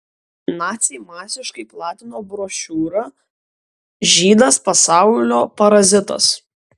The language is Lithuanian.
naciai masiškai platino brošiūrą žydas pasaulio parazitas